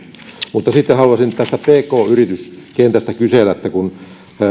mutta sitten haluaisin tästä pk yrityskentästä kysellä kun